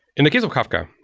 in the case of kafka,